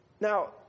Now